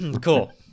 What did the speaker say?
Cool